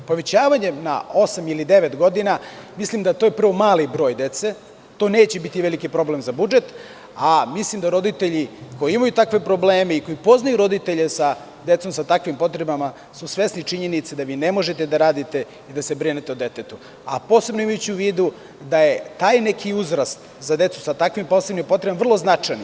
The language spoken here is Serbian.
Povećavanjem na osam ili devet godina, mislim da je to prvo mali broj dece, to neće biti veliki problem za budžet, a mislim da roditelji koji imaju takve probleme i koji poznaju roditelje sa decom sa takvim potrebama su svesni činjenice da vi ne možete da radite i da se brinete o detetu, a posebno imajući u vidu da je taj neki uzrast za decu sa takvim posebnim potrebama vrlo značajno.